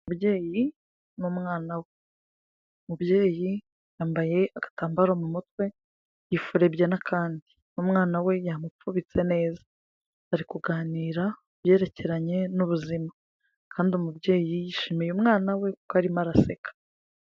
Umubyeyi n'umwana we. Umubyeyi yambaye agatambaro mu mutwe, yifurebye n'akandi. N'umwana we yamufubitse neza. Bari kuganira ku byerekeranye n'ubuzima. Kandi umubyeyi yishimiye umwana we, kuko arimo araseka.